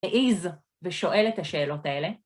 תעיז, ושואל את השאלות האלה.